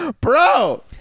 Bro